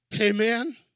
Amen